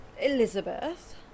Elizabeth